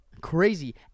Crazy